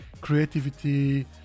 creativity